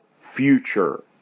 future